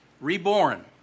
Reborn